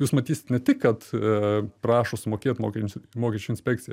jūs matysit ne tik kad prašo sumokėt mokesčius mokesčių inspekcija